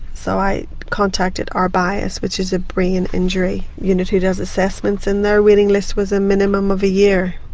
so i contacted arbias, which is a brain injury unit who does assessments, and their waiting list was a minimum of a year.